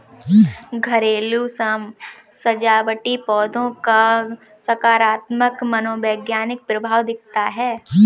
घरेलू सजावटी पौधों का सकारात्मक मनोवैज्ञानिक प्रभाव दिखता है